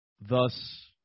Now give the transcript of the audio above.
thus